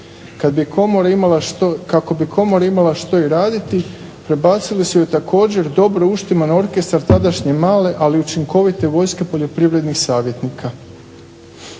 Kako bi komora imala što raditi prebacili su joj također dobro uštiman orkestar tadašnje male ali učinkovite vojske poljoprivrednih savjetnika.